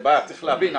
צריך להבין,